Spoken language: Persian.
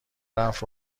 رفت